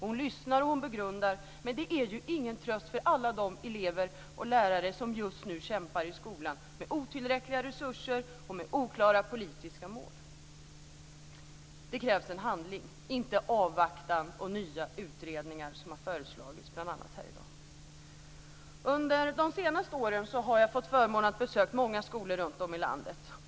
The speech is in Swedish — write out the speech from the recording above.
Hon lyssnar och hon begrundar, men det är ju ingen tröst för alla de elever och lärare som just nu kämpar i skolan med otillräckliga resurser och med oklara politiska mål. Det krävs handling, inte avvaktande och nya utredningar som har föreslagits bl.a. här i dag. Under de senaste åren har jag haft förmånen att besöka många skolor runtom i landet.